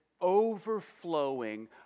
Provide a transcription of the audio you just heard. overflowing